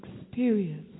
experience